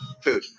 food